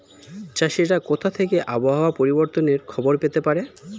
চাষিরা কোথা থেকে আবহাওয়া পরিবর্তনের খবর পেতে পারে?